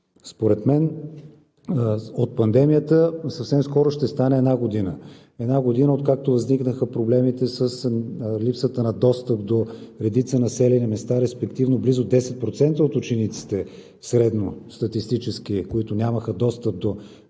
липса. От пандемията съвсем скоро ще стане една година. Една година, откакто възникнаха проблемите с липсата на достъп до редица населени места, респективно близо 10% от учениците, средно статистически, които нямаха достъп до